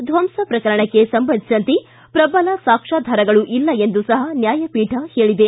ಧ್ವಂಸ ಪ್ರಕರಣಕ್ಕೆ ಸಂಬಂಧಿಸಿದಂತೆ ಪ್ರಬಲ ಸಾಕ್ಷ್ಯಾಧಾರಗಳು ಇಲ್ಲ ಎಂದು ಸಹ ನ್ತಾಯಪೀಠ ಹೇಳಿದೆ